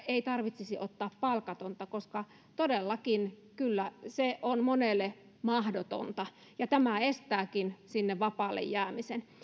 ei tarvitsisi ottaa palkatonta koska todellakin kyllä se on monelle mahdotonta ja estääkin sinne vapaalle jäämisen